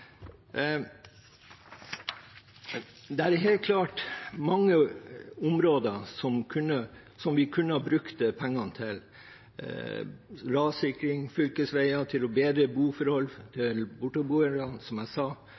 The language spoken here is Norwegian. enn man har gjort. Det er helt klart mange områder vi kunne ha brukt pengene på – rassikring, fylkesveier, bedre boforhold, til borteboerne, som jeg nevnte,